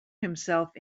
himself